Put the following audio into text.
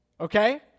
Okay